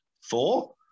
four